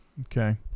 okay